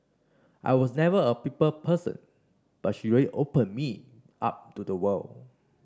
I was never a people person but she really opened me up to the world